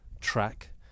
track